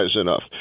enough